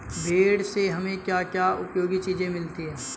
भेड़ से हमें क्या क्या उपयोगी चीजें मिलती हैं?